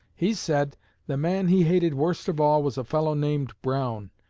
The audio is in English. he said the man he hated worst of all was a fellow named brown,